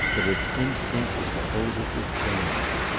but its instinct is to hold it with chains.